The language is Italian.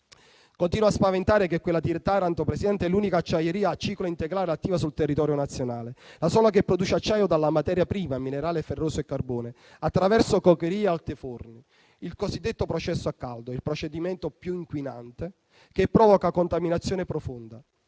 Continua a spaventare che quella di Taranto, Presidente, sia l'unica acciaieria a ciclo integrale attiva sul territorio nazionale, la sola che produce acciaio dalla materia prima (minerale ferroso e carbone), attraverso cockerie e altiforni, il cosiddetto processo a caldo, il procedimento più inquinante, che provoca contaminazione profonda.